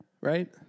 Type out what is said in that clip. right